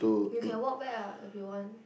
you can walk back ah if you want